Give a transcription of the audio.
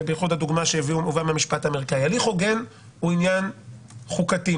הוא עניין חוקתי.